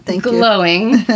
glowing